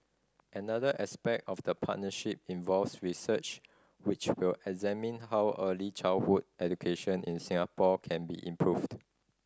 another aspect of the partnership involves research which will examine how early childhood education in Singapore can be improved